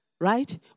right